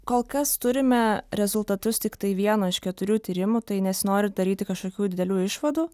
kol kas turime rezultatus tiktai vieno iš keturių tyrimų tai nesinori daryti kažkokių didelių išvadų